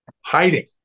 hiding